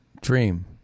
dream